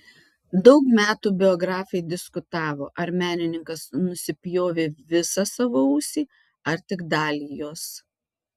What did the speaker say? daug metų biografai diskutavo ar menininkas nusipjovė visą savo ausį ar tik dalį jos